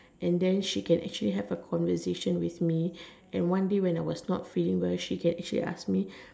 and then she can actually have a conversation with me and one day when I was actually not feeling well she can actually ask me